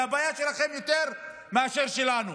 זה הבעיה שלכם יותר מאשר שלנו.